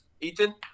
Ethan